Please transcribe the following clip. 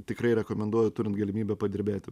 tikrai rekomenduoju turint galimybę padirbėti